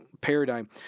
paradigm